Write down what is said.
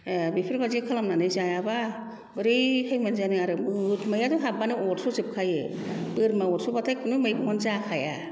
बेफोरबादि खालामनानै जायाबा बोरैहाय मोनजानो आरो बोरमायानो हाबबानो अरस' जोबखायो बोरमा अरस'बाथाय खुनु मैगंआनो जाखाया